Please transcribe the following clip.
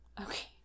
Okay